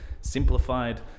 simplified